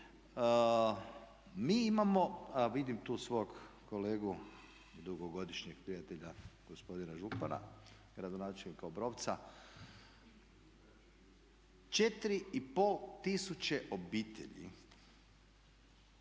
Mi imamo a vidim tu svog kolegu i dugogodišnjeg prijatelja gospodina Župana gradonačelnika Obrovca 4,5 tisuća obitelji